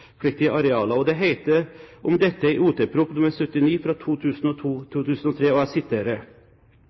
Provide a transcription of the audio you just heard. konsesjonspliktige arealer. Det heter om dette i Ot.prp. nr. 79